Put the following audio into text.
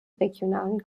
regionalen